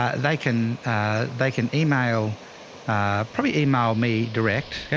um they can they can email probably email me direct. okay.